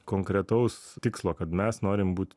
konkretaus tikslo kad mes norim būt